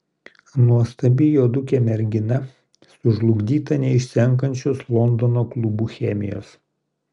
nuostabi juodukė mergina sužlugdyta neišsenkančios londono klubų chemijos